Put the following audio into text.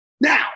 now